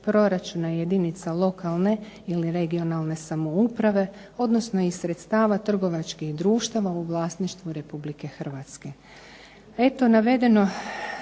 proračuna jedinica lokalne ili regionalne samouprave, odnosno i sredstava trgovačkih društava u vlasništvu Republike Hrvatske.